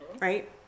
right